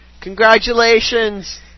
Congratulations